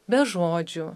be žodžių